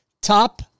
top